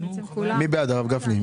מי בעד, הרב גפני.